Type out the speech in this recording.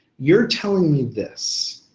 you're telling me this,